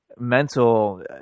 mental